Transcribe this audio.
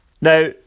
Now